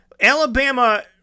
Alabama